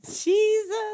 Jesus